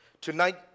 Tonight